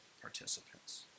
participants